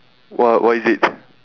what what is it